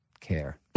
care